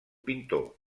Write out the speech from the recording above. pintor